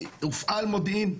הופעל מודיעין?